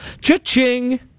cha-ching